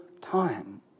time